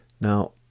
Now